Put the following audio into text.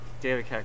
David